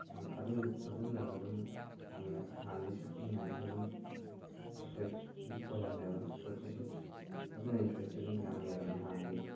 ꯌꯥꯝ ꯑꯗꯨꯅ ꯑꯗꯨꯝ ꯌꯥꯝꯅ ꯍꯥꯟꯅꯗꯒꯤꯁꯨ ꯄꯤꯛꯏꯉꯩꯗꯒꯤꯁꯨ ꯑꯗꯨꯝ ꯑꯦꯠꯇ꯭ꯔꯦꯛꯇꯤꯞ ꯑꯣꯏꯔꯝꯃꯦꯕ ꯄꯣꯠ ꯆꯩꯁꯤꯡꯁꯦ ꯑꯗꯨꯅ ꯏꯟꯇꯔꯦꯁꯁꯤ ꯑꯗꯨꯝ ꯌꯥꯝꯅ ꯂꯩꯔꯝꯃꯦ ꯍꯥꯟꯅꯗꯒꯤ